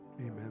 amen